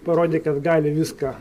parodė kad gali viską